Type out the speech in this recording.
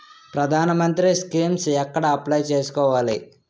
ప్రధాన మంత్రి స్కీమ్స్ ఎక్కడ అప్లయ్ చేసుకోవాలి?